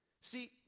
See